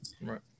Right